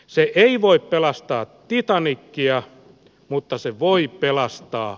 se ei voi pelastaa titanikkia mutta se voi pelastaa